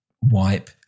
wipe